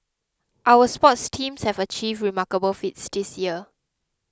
our sports teams have achieved remarkable feats this year